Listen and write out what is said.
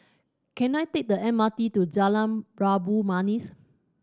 can I take the M R T to Jalan Labu Manis